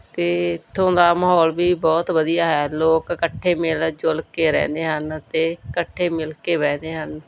ਅਤੇ ਇੱਥੋਂ ਦਾ ਮਾਹੌਲ ਵੀ ਬਹੁਤ ਵਧੀਆ ਹੈ ਲੋਕ ਇਕੱਠੇ ਮਿਲ ਜੁਲ ਕੇ ਰਹਿੰਦੇ ਹਨ ਅਤੇ ਇਕੱਠੇ ਮਿਲ ਕੇ ਬਹਿੰਦੇ ਹਨ